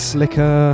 Slicker